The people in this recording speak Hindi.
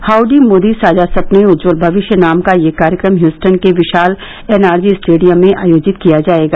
हाउड़ी मोदी साझा सपने उज्जवल भविष्य नाम का यह कार्यक्रम ह्यूस्टन के विशाल एन आर जी स्टेडियम में आयोजित किया जाएगा